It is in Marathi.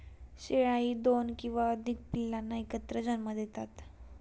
शेळ्याही दोन किंवा अधिक पिल्लांना एकत्र जन्म देतात